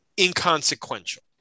inconsequential